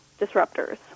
disruptors